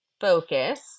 focus